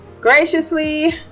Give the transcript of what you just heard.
graciously